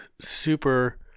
super